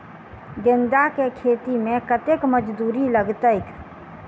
गेंदा केँ खेती मे कतेक मजदूरी लगतैक?